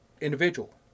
individual